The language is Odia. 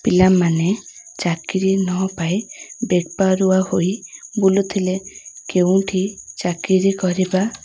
ପିଲାମାନେ ଚାକିରୀ ନ ପାଇ ବେପାରୁଆ ହୋଇ ବୁଲୁଥିଲେ କେଉଁଠି ଚାକିରି କରିବା